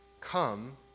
come